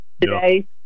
today